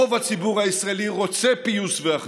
רוב הציבור הישראלי רוצה פיוס ואחדות.